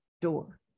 door